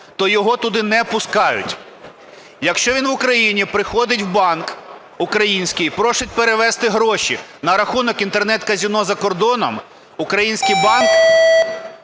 то його туди не пускають. Якщо він в Україні приходить в банк український, просить перевести гроші на рахунок Інтернет-казино за кордоном, український банк